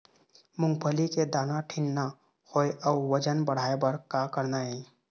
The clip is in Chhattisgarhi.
मूंगफली के दाना ठीन्ना होय अउ वजन बढ़ाय बर का करना ये?